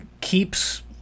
keeps